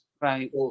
Right